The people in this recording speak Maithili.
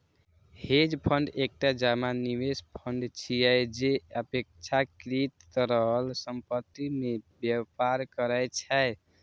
हेज फंड एकटा जमा निवेश फंड छियै, जे अपेक्षाकृत तरल संपत्ति मे व्यापार करै छै